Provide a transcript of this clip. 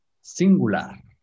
singular